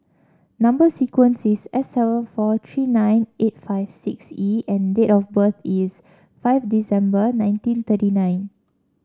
number sequence is S seven four three nine eight five six E and date of birth is five December nineteen thirty nine